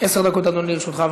עשר דקות, אדוני, לרשותך.